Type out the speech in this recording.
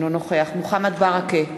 אינו נוכח מוחמד ברכה,